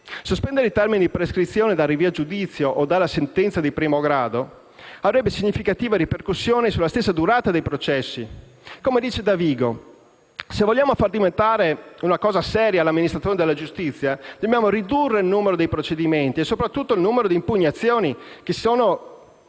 Sospendere i termini di prescrizione dal rinvio a giudizio o dalla sentenza di primo grado avrebbe significative ripercussioni sulla stessa durata dei processi. Come dice Davigo: «Se vogliamo far diventare una cosa seria l'amministrazione della giustizia, dobbiamo ridurre il numero dei procedimenti e, soprattutto, il numero di impugnazioni meramente